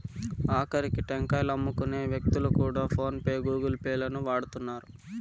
ఆకరికి టెంకాయలమ్ముకునే వ్యక్తులు కూడా ఫోన్ పే గూగుల్ పే లను వాడుతున్నారు